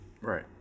Right